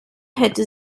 hätte